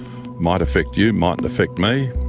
might affect you, it mightn't affect me.